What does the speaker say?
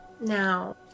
Now